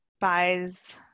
buys